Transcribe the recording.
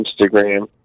Instagram